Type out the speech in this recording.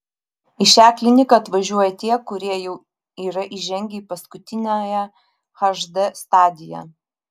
į šią kliniką atvažiuoja tie kurie jau yra įžengę į paskutiniąją hd stadiją